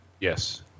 Yes